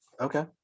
Okay